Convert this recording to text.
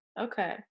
Okay